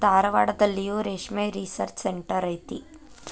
ಧಾರವಾಡದಲ್ಲಿಯೂ ರೇಶ್ಮೆ research centre ಐತಿ